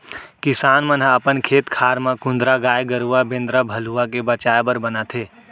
किसान मन ह अपन खेत खार म कुंदरा गाय गरूवा बेंदरा भलुवा ले बचाय बर बनाथे